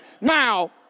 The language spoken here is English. Now